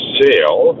sale